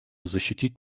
защитить